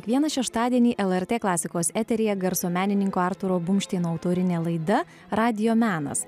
kiekvieną šeštadienį lrt klasikos eteryje garso menininko artūro bumšteino autorinė laida radijo menas